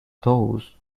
those